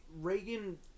Reagan